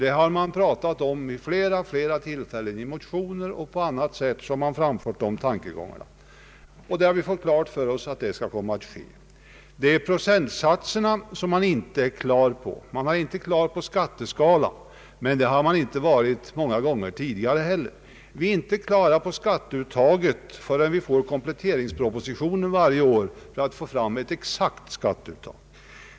Härom har man talat vid många tillfällen. I motioner och på annat sätt har dessa tankegångar framförts. Vi har fått klart för oss att denna ändring skall komma att ske. Procentsatserna och skatteskalorna är inte klara, men många gånger tidigare har detta inte heller varit klart. Vi vet t.ex. inte hur stort skatteuttaget blir förrän vi får kompletteringspropositionen varje år, genom vilken vi får fram ett exakt skatteuttag.